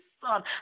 son